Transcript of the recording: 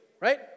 right